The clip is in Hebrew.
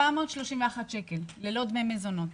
731 שקל, ללא דמי מזונות.